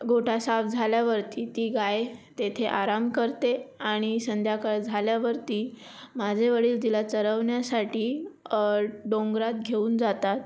गोठा साफ झाल्यावरती ती गाय तेथे आराम करते आणि संध्याकाळ झाल्यावरती माझे वडील तिला चरवण्यासाठी डोंगरात घेऊन जातात